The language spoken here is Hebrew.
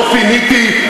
לא פיניתי,